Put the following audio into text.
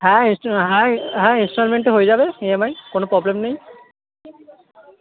হ্যাঁ ইনস্টল হ্যাঁ হ্যাঁ ইনস্টলমেন্টে হয়ে যাবে পেয়ে যাবেন কোনো প্রবলেম নেই